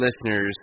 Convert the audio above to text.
listeners